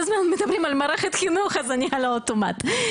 מדברים על מערכת החינוך אז אני על אוטומט.